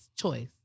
choice